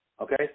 Okay